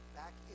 back